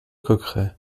coqueret